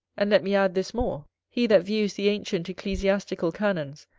and let me add this more he that views the ancient ecclesiastical canons,